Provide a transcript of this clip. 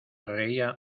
reía